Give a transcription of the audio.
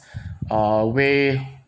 uh way